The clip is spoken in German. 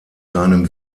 seinem